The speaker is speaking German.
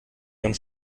ihren